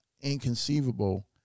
inconceivable